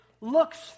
looks